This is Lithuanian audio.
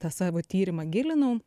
tą savo tyrimą gilinau